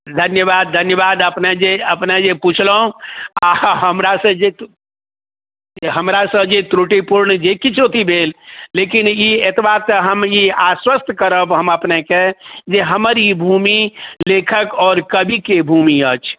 धन्यवाद धन्यवाद अपना जे अपना जे पुछलहुँ आ हमरासँ जे हमरासँ जे त्रुटिपूर्ण जे किछु अथी भेल लेकिन ई एतबा तऽ हम ई आश्वस्त करब हम अपनेके जे हमर ई भूमि लेखक आओर कबिके भूमि अछि